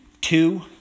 two